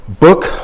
book